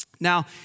Now